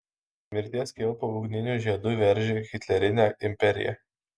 mirties kilpa ugniniu žiedu veržė hitlerinę imperiją